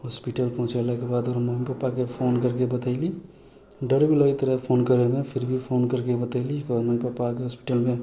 hospital पहुँचेलाके बाद हम मम्मी पप्पाके फोन करके बतेली डर भी लगैत रहै फोन करैमे फिर भी फोन करके बतेली ओकर मम्मी पप्पाके हॉस्पिटलमे